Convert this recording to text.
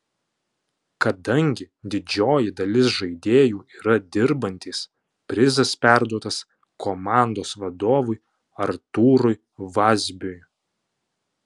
kadangi didžioji dalis žaidėjų yra dirbantys prizas perduotas komandos vadovui artūrui vazbiui